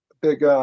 big